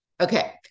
Okay